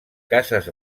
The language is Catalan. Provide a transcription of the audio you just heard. cases